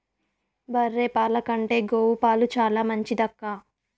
బర్రె పాల కంటే గోవు పాలు చాలా మంచిదక్కా